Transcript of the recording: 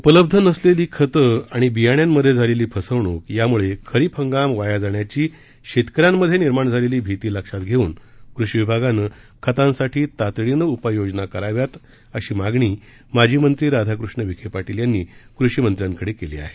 उपलब्ध नसलेली खतं आणि बियाण्यांमध्ये झालेली फसवणूक यामुळे खरीप हंगाम वाया जाण्याची शेतक यांमध्ये निर्माण झालेली भिती लक्षात घेवून कृषि विभागानं खतांसाठी तातडीनं उपाययोजना कराव्यात अशी मागणी माजी मंत्री राधाकृष्ण विखे पाटील यांनी कृषिमंत्र्यांकडे केली आहे